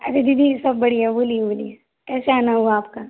अरे दीदी सब बढ़िया बोलिए बोलिए कैसे आना हुआ आपका